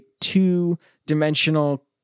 two-dimensional